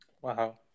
Wow